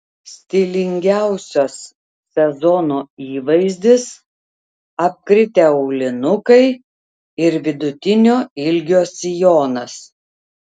stilingiausias sezono įvaizdis apkritę aulinukai ir vidutinio ilgio sijonas